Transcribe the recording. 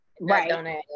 Right